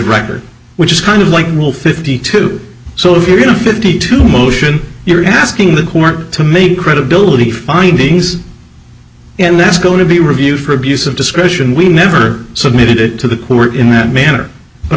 record which is kind of like rule fifty two so if you're going to fifty two motion you're asking the court to make credibility findings and that's going to be reviewed for abuse of discretion we never submitted it to the court in that manner but i